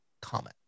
comment